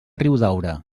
riudaura